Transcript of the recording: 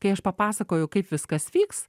kai aš papasakoju kaip viskas vyks